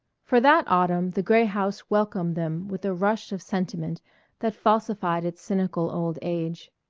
for that autumn the gray house welcomed them with a rush of sentiment that falsified its cynical old age.